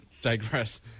digress